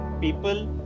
people